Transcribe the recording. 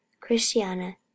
christiana